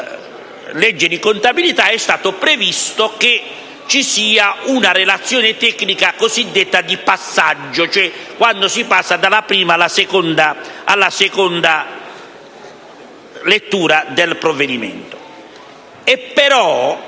all'articolo 17 ha previsto che ci sia una relazione tecnica cosiddetta di passaggio, cioè quando si passa dalla prima alla seconda lettura del provvedimento.